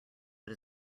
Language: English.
but